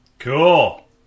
Cool